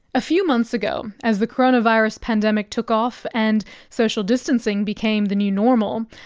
a few months ago, as the coronavirus pandemic took off and social distancing became the new normal,